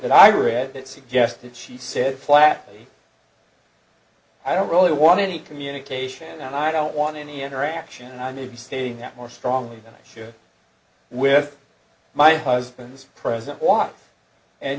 that i read that suggested she said flatly i don't really want any communication and i don't want any interaction and i may be stating that more strongly than with my husband's present wife and